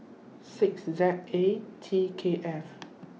six Z A T K F